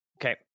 Okay